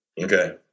Okay